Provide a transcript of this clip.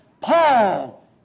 Paul